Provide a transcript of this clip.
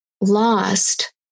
lost